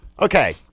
Okay